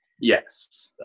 Yes